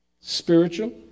spiritual